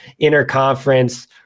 interconference